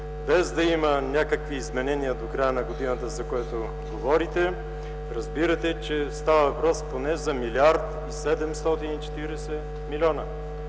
без да има някакви изменения до края на годината, за което говорите, разбирате, че става въпрос поне за милиард